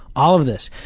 all of this.